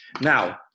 Now